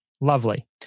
Lovely